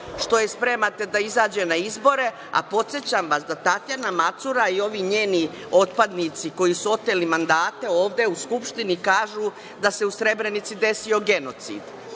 što je spremate da izađe na izbore, a podsećam vas da Tatjana Macura i ovi njeni otpadnici koji su oteli mandate ovde u Skupštini kažu da se u Srebrenici desio genocid. Da